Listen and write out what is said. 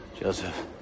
Joseph